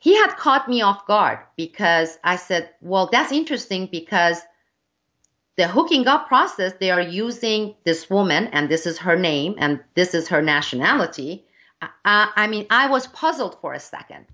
had caught me off guard because i said well that's interesting because they're hooking up process they are using this woman and this is her name and this is her nationality i mean i was puzzled for a second